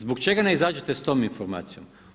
Zbog čega ne izađete s tom informacijom?